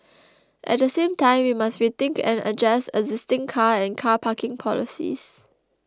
at the same time we must rethink and adjust existing car and car parking policies